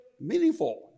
meaningful